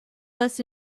less